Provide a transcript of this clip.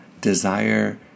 desire